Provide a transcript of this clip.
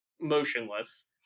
motionless